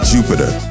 Jupiter